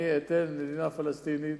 אני אתן מדינה פלסטינית,